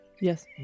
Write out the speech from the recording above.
Yes